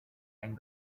and